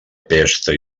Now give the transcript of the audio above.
pesta